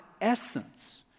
essence